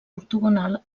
ortogonal